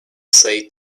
say